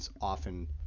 often